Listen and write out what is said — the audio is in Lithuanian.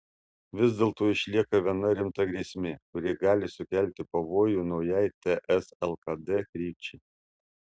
vis dėlto išlieka viena rimta grėsmė kuri gali sukelti pavojų naujai ts lkd krypčiai